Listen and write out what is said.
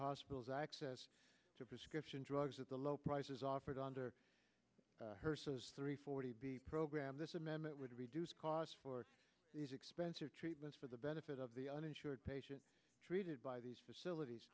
hospitals access to prescription drugs at the low prices offered under three forty program this amendment would reduce costs for these expensive treatments for the benefit of the uninsured patients treated by these facilities